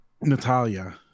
Natalia